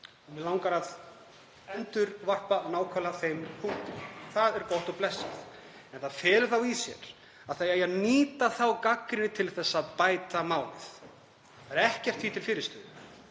Mig langar að endurvarpa nákvæmlega þeim punkti. Það er gott og blessað. En það felur í sér að það eigi að nýta þá gagnrýni til þess að bæta málið. Það er ekkert því til fyrirstöðu.